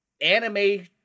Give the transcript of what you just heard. anime